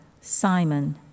Simon